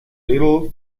little